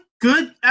good